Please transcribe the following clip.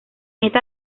esta